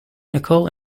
nicole